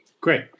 Great